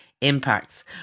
impacts